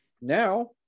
Now